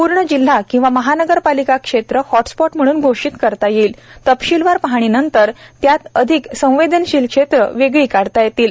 पूर्ण जिल्हा किंवा महानगरपालिका क्षेत्र हॉटस्पॉट म्हणून घोषित करता येईल तपशीलवार पाहणीनंतर त्यातही अधिक संवेदनशील क्षेत्र वेगळी काढता येतील